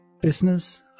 business